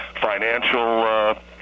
financial